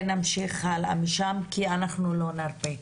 אנחנו נמשיך משם הלאה, לא נרפה.